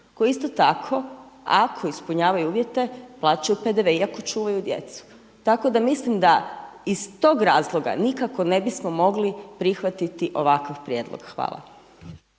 koje isto tako ako ispunjavaju uvjete plaćaju PDV iako čuvaju djecu. Tako da mislim da iz tog razloga nikako ne bismo mogli prihvatiti ovakav prijedlog. Hvala.